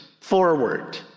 forward